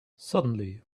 suddenly